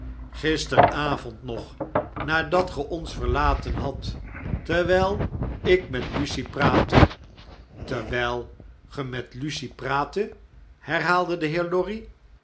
gisteravond nog nadat ge ons verlaten hadt terwyi ik met lucie praatte terw jl ge met lucie praattet herhaalde de heer lorry